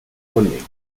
colleghi